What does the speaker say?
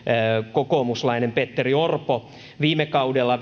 kokoomuslainen petteri orpo viime kaudella